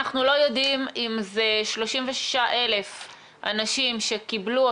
אנחנו לא יודעים אם זה 36,000 אנשים שקיבלו,